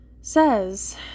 says